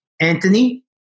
Anthony